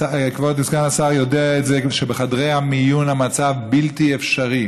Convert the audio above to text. כבוד סגן השר יודע שבחדרי המיון המצב בלתי אפשרי.